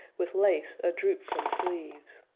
with lace a-droop from sleeves